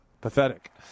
pathetic